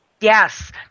Yes